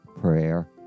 prayer